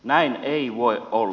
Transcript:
näin ei voi olla